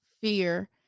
fear